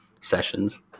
sessions